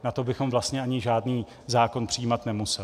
Na to bychom vlastně ani žádný zákon přijímat nemuseli.